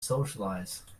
socialize